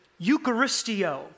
Eucharistio